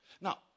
Now